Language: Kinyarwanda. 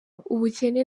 ubukene